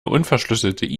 unverschlüsselte